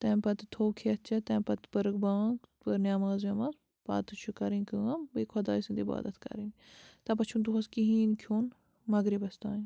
تَمہِ پَتہٕ تہٕ تھوٚو کھیٚتھ چیٚتھ تَمہِ پَتہٕ پٔرٕکھ بانٛگ پٔر نیٚماز ویٚماز پَتہٕ چھِ کَرٕنۍ کٲم بیٚیہِ خۄداے سٕنٛز عبادت کَرٕنۍ تَمہِ پَتہٕ چھُنہٕ دۄہَس کِہیٖنۍ کھیٛون مغرِبَس تانۍ